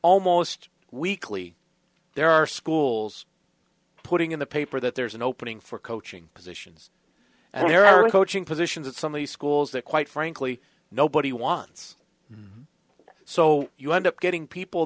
almost weekly there are schools putting in the paper that there is an opening for coaching positions there are a coaching positions at some of the schools that quite frankly nobody wants so you end up getting people